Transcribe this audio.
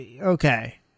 okay